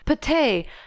Pate